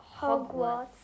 Hogwarts